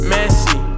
Messy